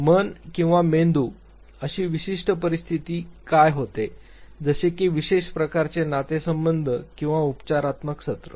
मन किंवा मेंदू आणि विशिष्ट परिस्थितीत काय होते जसे की विशेष प्रकारचे नातेसंबंध किंवा उपचारात्मक सत्र